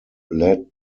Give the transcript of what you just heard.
led